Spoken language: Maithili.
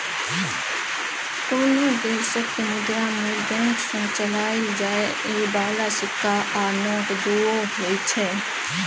कुनु देशक मुद्रा मे बैंक सँ चलाएल जाइ बला सिक्का आ नोट दुओ होइ छै